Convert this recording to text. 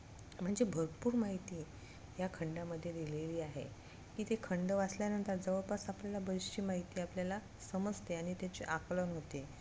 म्हणजे भरपूर माहिती या खंडामध्ये दिलेली आहे की ते खंड वाचल्यानंतर जवळपास आपल्याला बरीचशी माहिती आपल्याला समजते आणि त्याचे आकलन होते